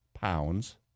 pounds